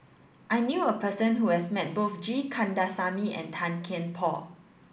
I knew a person who has met both G Kandasamy and Tan Kian Por